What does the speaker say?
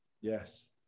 Yes